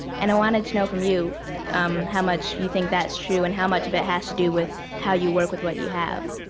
and i wanted to know from you how much you think that's true and how much of it has to do with how you work with what you have?